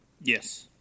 Yes